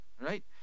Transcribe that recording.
right